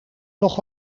nog